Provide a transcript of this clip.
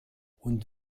und